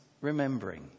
remembering